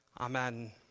Amen